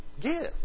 give